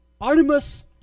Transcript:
Artemis